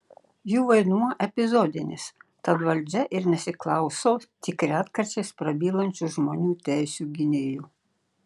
jų vaidmuo epizodinis tad valdžia ir nesiklauso tik retkarčiais prabylančių žmonių teisių gynėjų